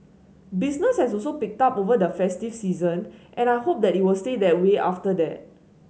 business has also picked up over the festive season and I hope that it will stay that way after that